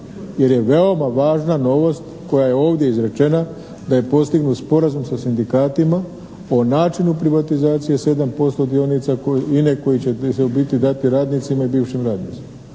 jer je veoma važna novost koja je ovdje izrečena da je postignut sporazum sa sindikatima o načinu privatizacije 7% dionica INA-e koji će biti dati radnicima i bivšim radnicima.